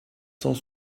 cent